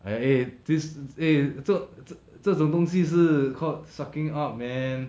!aiya! eh this eh 这这种东西是 called sucking up man